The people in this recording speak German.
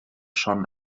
schon